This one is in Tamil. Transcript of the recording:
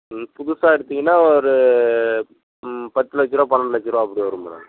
ம் புதுசாக எடுத்தீங்கன்னால் ஒரு பத்து லட்சருபா பன்னெண்டு லட்சருபா அப்படி வரும் மேடம்